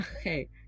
Okay